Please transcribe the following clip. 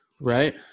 right